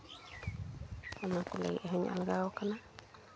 ᱚᱱᱟ ᱠᱚ ᱞᱟᱹᱜᱤᱫ ᱦᱚᱸᱧ ᱟᱞᱜᱟᱣ ᱠᱟᱱᱟ